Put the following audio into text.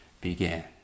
began